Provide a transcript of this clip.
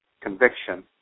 conviction